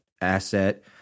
asset